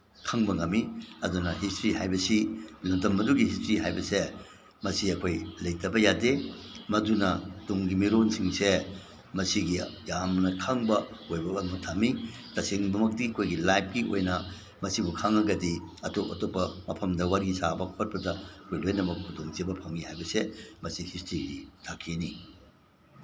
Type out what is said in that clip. ꯈꯪꯕ ꯉꯝꯃꯤ ꯑꯗꯨꯅ ꯍꯤꯁꯇ꯭ꯔꯤ ꯍꯥꯏꯕꯁꯤ ꯃꯇꯝ ꯑꯗꯨꯒꯤ ꯍꯤꯁꯇ꯭ꯔꯤ ꯍꯥꯏꯕꯁꯦ ꯃꯁꯤ ꯑꯩꯈꯣꯏ ꯂꯩꯇꯕ ꯌꯥꯗꯦ ꯃꯗꯨꯅ ꯇꯨꯡꯒꯤ ꯃꯤꯔꯣꯟꯁꯤꯡꯁꯦ ꯃꯁꯤꯒꯤ ꯌꯥꯝꯅ ꯈꯪꯕ ꯑꯣꯏꯕ ꯋꯥꯡꯅ ꯊꯝꯃꯤ ꯇꯁꯦꯡꯕꯃꯛꯇꯤ ꯑꯩꯈꯣꯏꯒꯤ ꯂꯥꯏꯐꯀꯤ ꯑꯣꯏꯅ ꯃꯁꯤꯕꯨ ꯈꯪꯉꯒꯗꯤ ꯑꯇꯣꯞ ꯑꯇꯣꯞꯄ ꯃꯐꯝꯗ ꯋꯥꯔꯤ ꯁꯥꯕ ꯈꯣꯠꯄꯗ ꯑꯩꯈꯣꯏ ꯂꯣꯏꯅꯃꯛ ꯈꯨꯗꯣꯡꯆꯥꯕ ꯐꯪꯉꯤ ꯍꯥꯏꯕꯁꯦ ꯃꯁꯤ ꯍꯤꯁꯇ꯭ꯔꯤꯒꯤ ꯁꯥꯈꯤꯅꯤ